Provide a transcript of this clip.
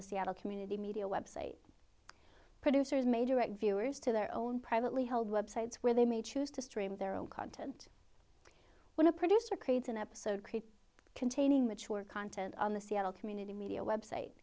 seattle community media website producers may direct viewers to their own privately held web sites where they may choose to stream their own content when a producer creates an episode create containing mature content on the seattle community media website